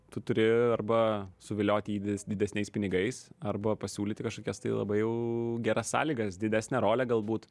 tu turi arba suvilioti jį dides didesniais pinigais arba pasiūlyti kažkokias tai labai jau geras sąlygas didesnę rolę galbūt